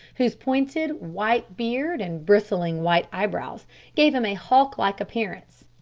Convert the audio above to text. whose pointed, white beard and bristling white eyebrows gave him a hawk-like appearance.